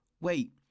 wait